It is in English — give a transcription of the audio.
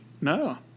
no